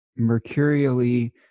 mercurially